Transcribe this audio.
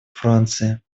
франции